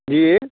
जी